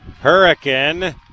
Hurricane